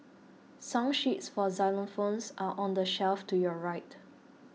song sheets for xylophones are on the shelf to your right